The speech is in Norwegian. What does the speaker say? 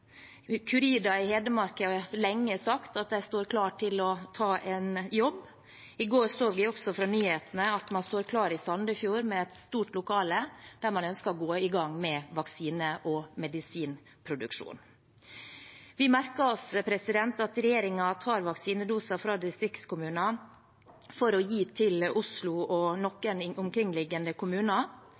i Hedmark har lenge sagt at de står klar til å ta en jobb. I går så vi også i nyhetene at man står klar i Sandefjord med et stort lokale der man ønsker å gå i gang med vaksine- og medisinproduksjon. Vi merker oss at regjeringen tar vaksinedoser fra distriktskommuner for å gi til Oslo og noen omkringliggende kommuner.